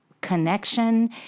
connection